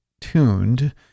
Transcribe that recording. tuned